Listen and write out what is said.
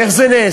איך זה נעשה?